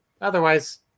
otherwise